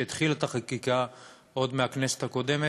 שהתחילו את החקיקה עוד בכנסת הקודמת.